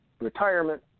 retirement